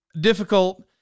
difficult